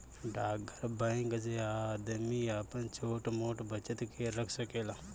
डाकघर बैंक से आदमी आपन छोट मोट बचत के रख सकेला